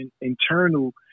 internal